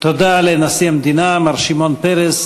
תודה לנשיא המדינה מר שמעון פרס.